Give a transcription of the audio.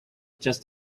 just